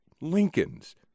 Lincoln's